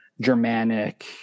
Germanic